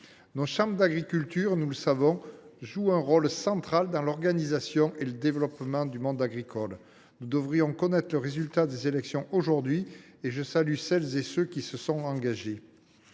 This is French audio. nos chambres d’agriculture. Celles ci, nous le savons, jouent un rôle central dans l’organisation et le développement du monde agricole. Nous devrions connaître le résultat des élections aujourd’hui, et je salue celles et ceux qui se sont engagés.